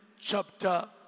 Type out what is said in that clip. chapter